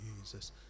Jesus